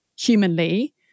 humanly